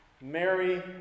Mary